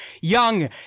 Young